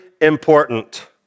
important